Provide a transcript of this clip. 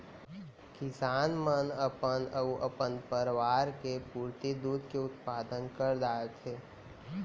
किसान मन अपन अउ अपन परवार के पुरती दूद के उत्पादन कर डारथें